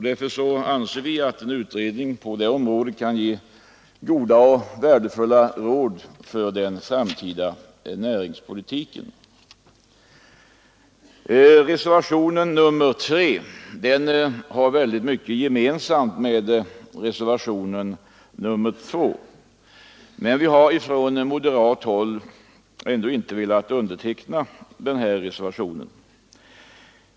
Därför anser vi att en utredning på det området kan ge goda och värdefulla råd för den framtida näringspolitiken. Reservationen 3 har mycket gemensamt med reservationen 2. Men vi har från moderat håll ändå inte velat skriva på denna reservation.